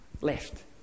left